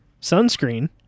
Sunscreen